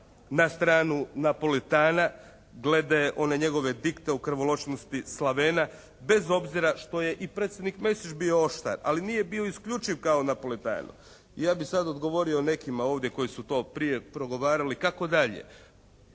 na stranu Napolitana glede one njegove dikte o krvoločnosti Slavena bez obzira što je i predsjednik Mesić bio oštar, ali nije bio isključiv kao Napolitano. Ja bih sad odgovorio nekima ovdje koji su to prije progovarali kako dalje?